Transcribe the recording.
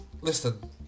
listen